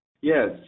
Yes